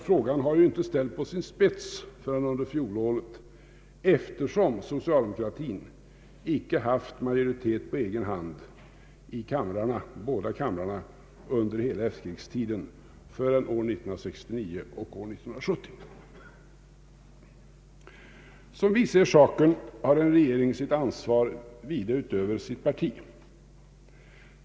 Frågan har ju inte ställts på sin spets förrän under fjolåret, eftersom socialdemokratin inte haft majoritet på egen hand i båda kamrarna under hela efterkrigstiden förrän år 1969 och år 1970. Som vi ser saken har en regering sitt ansvar vida utöver sitt parti.